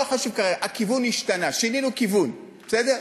לא חשוב כרגע, הכיוון השתנה, שינינו כיוון, בסדר?